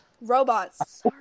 Robots